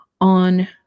on